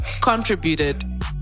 contributed